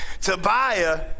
Tobiah